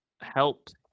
helped